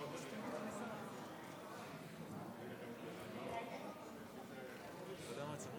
אני קובע שהצעת חוק-יסוד: הממשלה (תיקון, ממשלת